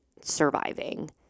surviving